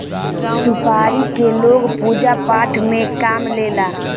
सुपारी के लोग पूजा पाठ में काम लेला